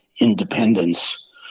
independence